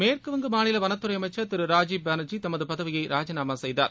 மேற்குவங்க மாநில வனத்துறை அமைச்சர் திரு ராஜீவ் பானர்ஜி தமது பதவியை ராஜினாமா செய்தார்